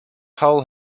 karl